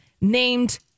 named